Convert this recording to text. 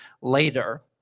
later